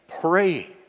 Pray